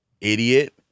Idiot